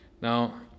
Now